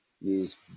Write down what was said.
use